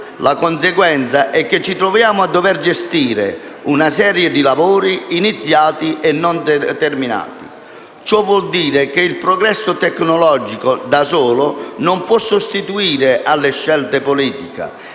La conseguenza è che ci troviamo a dover gestire una serie di lavori iniziati e non terminati. Ciò vuol dire che il progresso tecnologico da solo non può sostituirsi alle scelte politiche,